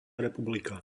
republika